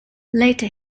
later